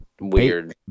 weird